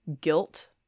guilt